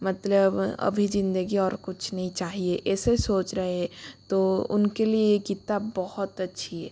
मतलब अभी ज़िंदगी और कुछ नहीं चाहिए ऐसे सोच रहे हैं तो उनके लिए ये किताब बहुत अच्छी है